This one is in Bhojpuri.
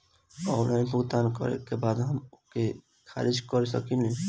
ऑनलाइन भुगतान करे के बाद हम ओके खारिज कर सकेनि?